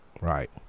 right